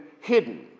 hidden